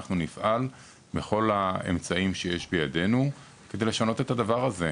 נפעל בכל האמצעים שיש בידינו כדי לשנות את הדבר הזה.